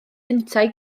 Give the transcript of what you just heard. yntau